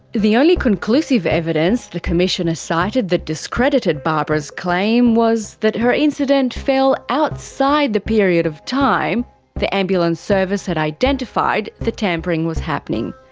the only conclusive evidence the commissioner cited that discredited barbara's claim was that her incident fell outside the period of time the ambulance service had identified the tampering has happening.